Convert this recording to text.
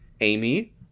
amy